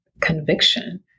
conviction